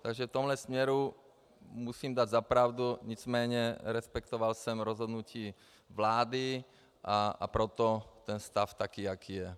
Takže v tomhle směru musím dát za pravdu, nicméně respektoval jsem rozhodnutí vlády, a proto je stav takový, jaký je.